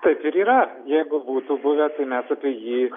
taip ir yra jeigu būtų buvę tai mes apie jį